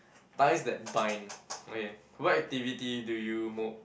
ties that bind okay what activity do you most